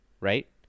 Right